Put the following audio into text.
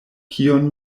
kion